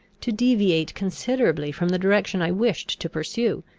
to deviate considerably from the direction i wished to pursue.